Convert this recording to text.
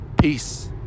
Peace